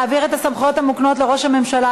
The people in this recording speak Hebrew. להעביר את הסמכויות המוקנות לראש הממשלה